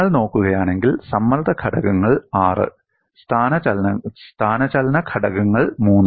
നിങ്ങൾ നോക്കുകയാണെങ്കിൽ സമ്മർദ്ദ ഘടകങ്ങൾ ആറ് സ്ഥാനചലന ഘടകങ്ങൾ മൂന്ന്